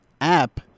app